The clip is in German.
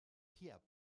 pierre